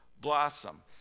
blossom